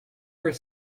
are